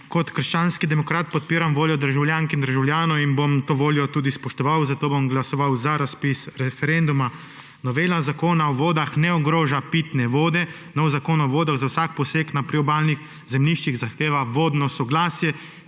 Kot krščanski demokrat podpiram voljo državljank in državljanov in bom to voljo tudi spoštoval, zato bom glasoval za razpis referenduma. Novela zakona o vodah ne ogroža pitne vode, novi Zakon o vodah za vsak poseg na priobalnih zemljiščih zahteva vodno soglasje,